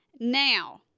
Now